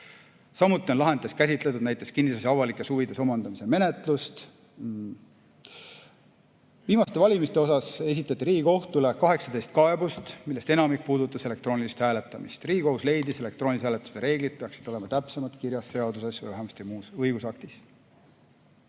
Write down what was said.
Samuti on lahendites käsitletud näiteks kinnisasja avalikes huvides omandamise menetlust. Viimaste valimiste kohta esitati Riigikohtule 18 kaebust, millest enamik puudutas elektroonilist hääletamist. Riigikohus leidis, et elektroonilise hääletamise reeglid peaksid olema täpsemalt kirjas seaduses või vähemasti muus õigusaktis.